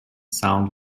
sound